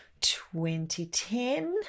2010